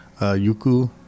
Yuku